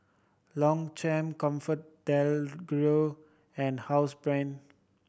Longchamp ComfortDelGro and Housebrand